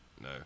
no